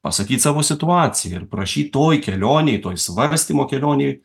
pasakyt savo situaciją ir prašyt toj kelionėj toj svarstymo kelionėj